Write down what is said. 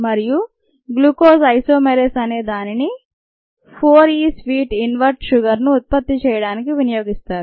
మరియు glucose isomerase అనేదానిన4ఇ sweet invert సుగర్ను ఉత్పత్తి చేయడానికి వినియోగిస్తారు